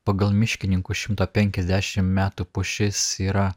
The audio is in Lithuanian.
pagal miškininkų šimto penkiasdešimt metų pušis yra